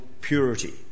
purity